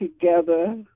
together